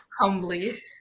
Humbly